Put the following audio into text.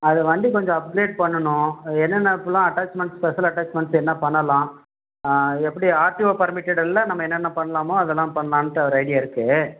அது வண்டி கொஞ்சம் அப்கிரேட் பண்ணனும் அது என்னென்ன ஃபுல்லாக அட்டாச்மெண்ட்ஸ் ஸ்பெஷல் அட்டாச்மெண்ட்ஸ் என்ன பண்ணலாம் அது எப்படி ஆர்டிஓ பர்மிட்டட் இல்லை நம்ப என்னென்ன பண்ணலாமோ அதெல்லாம் பண்ணலான்ட்டு ஒரு ஐடியாருக்கு